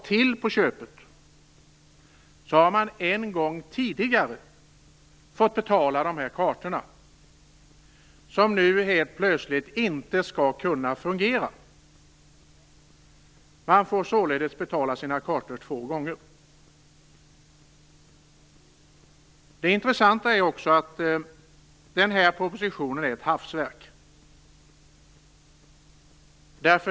Till på köpet har man en gång tidigare fått betala de här kartorna, som nu helt plötsligt inte skall kunna fungera. Man får således betala sina kartor två gånger. Det intressanta är också att den här propositionen är ett hafsverk.